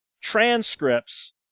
transcripts